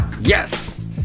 Yes